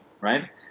right